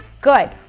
Good